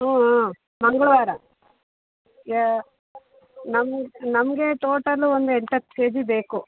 ಹ್ಞೂ ಹಾಂ ಮಂಗ್ಳವಾರ ಯಾ ನಮ್ಮ ನಮಗೆ ಟೋಟಲು ಒಂದು ಎಂಟು ಹತ್ತು ಕೆಜಿ ಬೇಕು